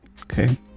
okay